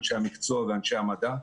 אנשי המקצוע ואנשי המדע.